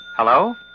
Hello